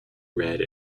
redd